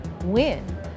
win